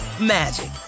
magic